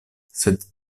sed